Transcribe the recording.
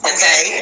Okay